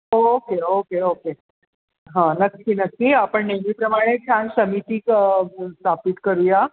okay okay okay हां नक्की नक्की आपण नेहमीप्रमाणे छान समिती गं स्थापित करूया